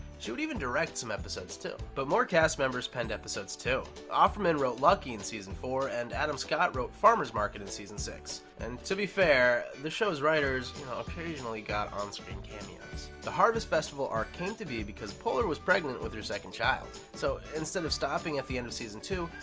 she would even direct some episodes, too. but more cast members penned episodes, too. offerman wrote lucky in season four, and adam scott wrote farmers market in season six. and, to be fair, the show's writers occasionally got on screen cameos. the harvest festival arc came to be because poehler was pregnant with her second child. so instead of stopping at the end of season two,